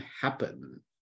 happen